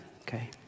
okay